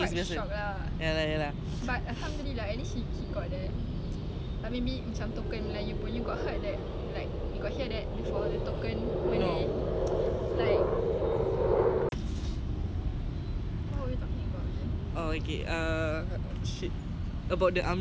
oh okay err oh shit about the army oh my god so now I I want to be a I want to join in the army also as a female yeah I want to go to all guys there yang perempuan ni actually boleh buat semua macam gitu